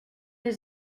des